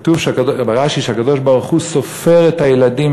כתוב ברש"י שהקדוש-ברוך-הוא סופר את הילדים,